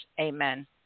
Amen